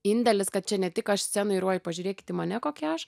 indėlis kad čia ne tik aš scenoj ir uoj pažiūrėkit į mane kokia aš